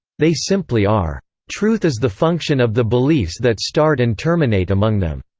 they simply are. truth is the function of the beliefs that start and terminate among them.